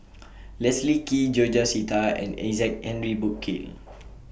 Leslie Kee George Sita and Isaac Henry Burkill